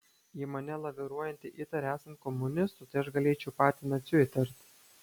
jei mane laviruojantį įtari esant komunistu tai aš galėčiau patį naciu įtarti